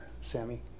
Sammy